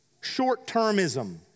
short-termism